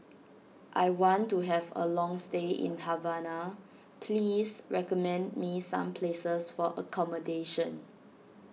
I want to have a long stay in Havana please recommend me some places for accommodation